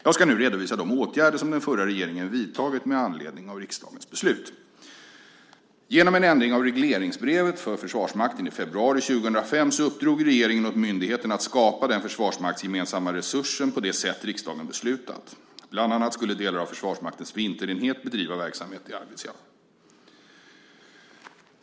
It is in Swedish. Jag ska nu redovisa de åtgärder som den förra regeringen vidtagit med anledning av riksdagens beslut. Genom en ändring av regleringsbrevet för Försvarsmakten i februari 2005 uppdrog regeringen åt myndigheten att skapa den försvarsmaktsgemensamma resursen på det sätt riksdagen beslutat. Bland annat skulle delar av Försvarsmaktens vinterenhet bedriva verksamhet i Arvidsjaur.